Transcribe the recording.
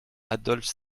adolphe